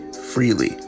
freely